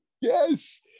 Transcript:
Yes